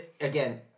again